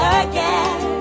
again